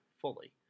Fully